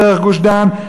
דרך גוש-דן,